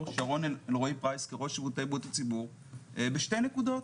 שרון אלרואי פרייס כראש שירותי בריאות הציבור בשתי נקודות.